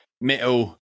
metal